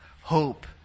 hope